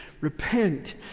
Repent